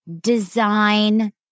design